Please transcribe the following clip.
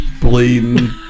bleeding